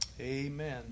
Amen